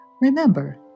Remember